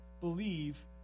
believe